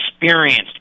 experienced